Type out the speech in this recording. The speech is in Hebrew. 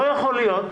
לא יכול להיות,